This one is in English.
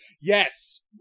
yes